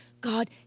God